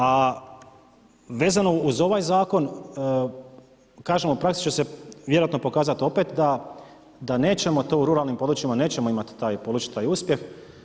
A vezano uz ovaj zakon, kažemo u praksi će se vjerojatno pokazati opet da nećemo to u ruralnim područjima nećemo imati taj, polučiti taj uspjeh.